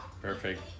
perfect